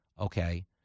okay